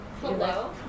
Hello